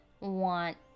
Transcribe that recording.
want